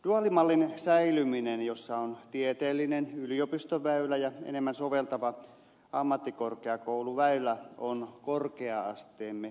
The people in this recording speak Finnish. duaalimallin säilyminen jossa on tieteellinen yliopistoväylä ja enemmän soveltava ammattikorkeakouluväylä on korkea asteemme perusta